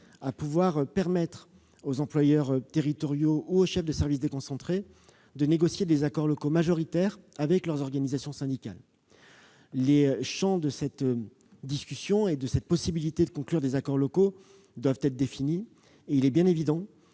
de permettre aux employeurs territoriaux ou aux chefs de services déconcentrés de négocier des accords locaux majoritaires avec leurs organisations syndicales. Les champs d'une telle discussion et de la possibilité de conclure des accords locaux doivent être définis. Il est bien évident